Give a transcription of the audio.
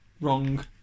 Wrong